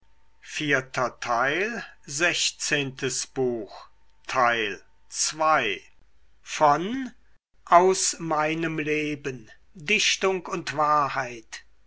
goethe aus meinem leben dichtung und wahrheit